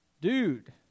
dude